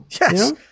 Yes